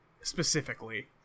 specifically